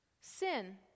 Sin